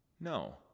No